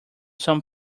some